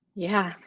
yeah.